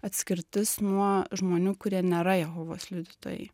atskirtis nuo žmonių kurie nėra jehovos liudytojai